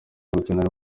gukenera